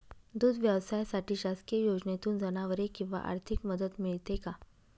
दूध व्यवसायासाठी शासकीय योजनेतून जनावरे किंवा आर्थिक मदत मिळते का?